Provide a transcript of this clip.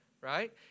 Right